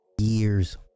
years